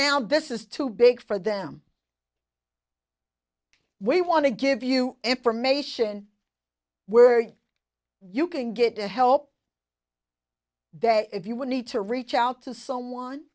now this is too big for them we want to give you information where you can get the help they if you would need to reach out to someone